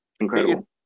Incredible